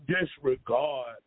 disregard